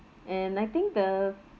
and I think the